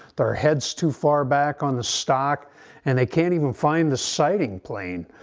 their head's too far back on the stock and they can't even find the sighting plain.